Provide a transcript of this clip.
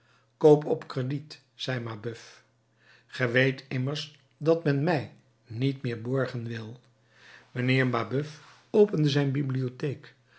koop op crediet zei mabeuf ge weet immers dat men mij niet meer borgen wil mijnheer mabeuf opende zijn bibliotheek